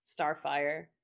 Starfire